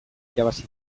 irabazi